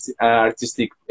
artistic